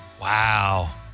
Wow